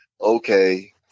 okay